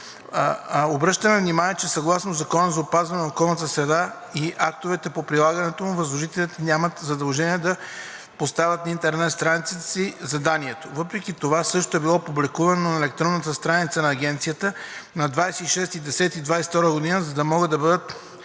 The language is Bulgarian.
Обръщаме внимание, че съгласно Закона за опазване на околната среда и актовете по прилагането му възложителите нямат задължение да поставят на интернет страницата си заданието. Въпреки това същото е било публикувано на електронната страница на Агенцията на 26 октомври 2022 г., за да могат да бъдат